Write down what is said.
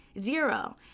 Zero